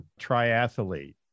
triathlete